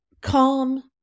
calm